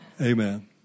Amen